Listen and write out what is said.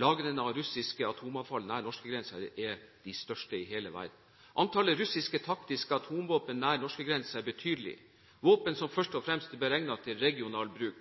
Lagrene av russisk atomavfall nær norskegrensen er de største i hele verden. Antallet russiske taktiske atomvåpen nær norskegrensen er betydelig, våpen som først og fremst er beregnet til regional bruk.